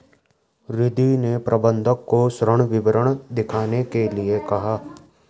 रिद्धी ने प्रबंधक को ऋण विवरण दिखाने के लिए कहा